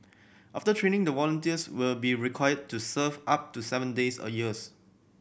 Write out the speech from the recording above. after training the volunteers will be required to serve up to seven days a years